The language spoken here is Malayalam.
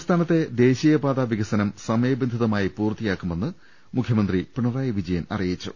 സംസ്ഥാനത്തെ ദേശീയപാതാ വികസനം സമയബന്ധിതമായി പൂർത്തിയാക്കുമെന്ന് മുഖ്യമന്ത്രി പിണറായി വിജയൻ അറിയിച്ചു